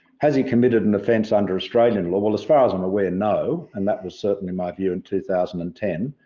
has he committed an offence under australian law? well, as far as i'm aware, and no. and that was certainly my view in two thousand and ten.